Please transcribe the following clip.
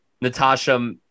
Natasha